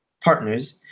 partners